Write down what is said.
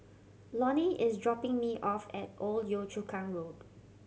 Lonny is dropping me off at Old Yio Chu Kang Road